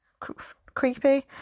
creepy